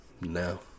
No